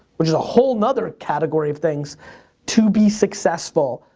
which is a whole nother category of things to be successful.